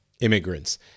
immigrants